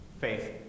faith